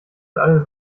alles